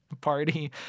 party